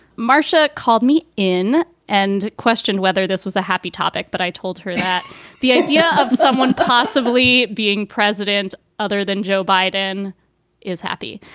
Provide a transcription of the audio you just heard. marsha called me in and questioned whether this was a happy topic, but i told her that the idea of someone possibly being president other than joe biden is happy.